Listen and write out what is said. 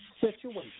situation